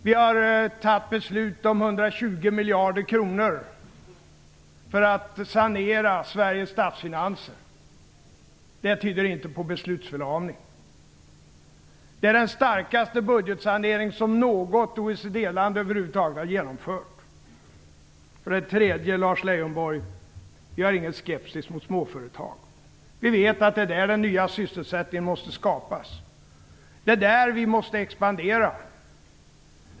Vi har fattat beslut om 120 miljarder kronor för att sanera Sveriges statsfinanser. Det tyder inte på beslutsförlamning. Det är den starkaste budgetsanering som något OECD-land över huvud taget har genomfört. Vidare, Lars Leijonborg, hyser vi ingen skepsis mot småföretag. Vi vet att det är där den nya sysselsättningen måste skapas. Det är där vi måste expandera.